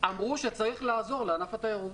אמרו שצריך לעזור לענף התיירות.